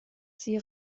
sie